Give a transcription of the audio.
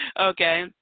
okay